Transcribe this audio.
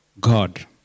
God